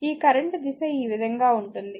ఈ కరెంట్ దిశ ఈ విధంగా ఉంటుంది